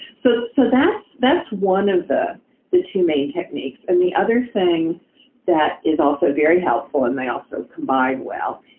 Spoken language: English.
so, so that's that's one of the the two main techniques. and the other thing that is also very helpful, and they also combine well,